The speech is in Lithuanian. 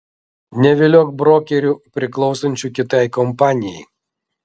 neviliok brokerių priklausančių kitai kompanijai